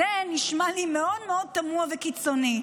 זה נשמע לי מאוד מאוד תמוה וקיצוני.